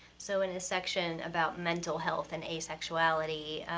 so in the section about mental health and asexuality,